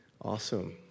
Awesome